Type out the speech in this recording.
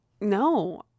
no